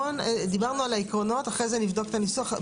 דיברנו על העקרונות ואחרי זה נבדוק את הניסוח.